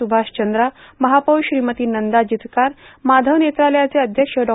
सुभाष चंद्रा महापौर श्रीमती नंदा जिचकार माधव नेत्रालयाचे अध्यक्ष डॉ